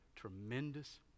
tremendous